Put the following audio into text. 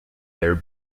their